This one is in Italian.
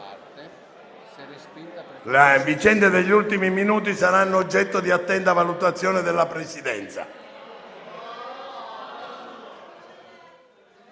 Le vicende degli ultimi minuti saranno oggetto di attenta valutazione della Presidenza.